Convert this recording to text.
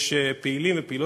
יש פעילים ופעילות,